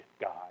God